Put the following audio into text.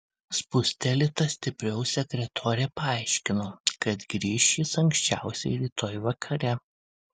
spustelėta stipriau sekretorė paaiškino kad grįš jis anksčiausiai rytoj vakare